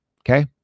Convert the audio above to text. Okay